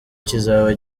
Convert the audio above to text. kizaba